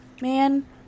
man